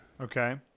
Okay